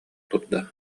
турда